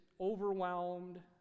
overwhelmed